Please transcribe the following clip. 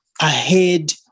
ahead